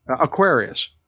Aquarius